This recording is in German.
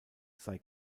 sei